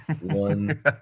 one